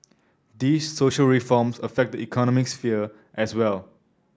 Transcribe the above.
these social reforms affect the economic sphere as well